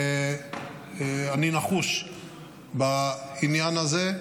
אני נחוש בעניין הזה,